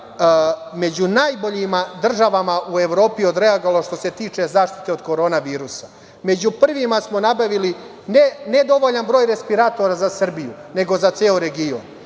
među najboljim državama u Evropi odreagovala što se tiče zaštite od korona virusa.Među prvima smo nabavili, ne dovoljan broj respiratora za Srbiju, nego za ceo region.